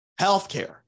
healthcare